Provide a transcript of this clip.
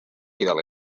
delegui